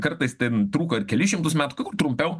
kartais ten trūko ar kelis šimtus metų gal trumpiau